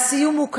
והסיום הוא כזה: